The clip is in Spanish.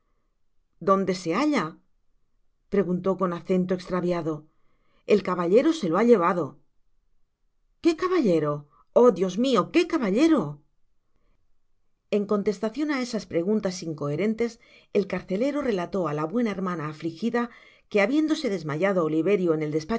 donde se halla pregunta con acento estraviado el caballero se lo ha llevado que caballero oh dios mio que caballero en contestacion á esas preguntas incoherentes el carcelero relató ála buena hermana afligida que habiéndose desmayado oliverio en el